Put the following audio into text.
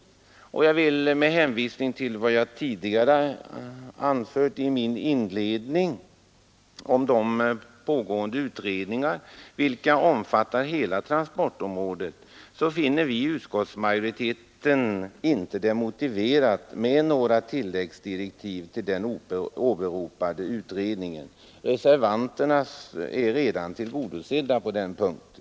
15 december 1972 Med hänvisning till vad jag tidigare anfört i min inledning om pågående Rea utredningar vilka omfattar hela transportområdet vill jag framhålla att vi i Regional utveckutskottsmajoriteten inte finner det motiverat med några tilläggsdirektiv ling och hushållning till den åberopade utredningen. Reservanternas krav är redan tillgodosedmed mark och vatda på denna punkt.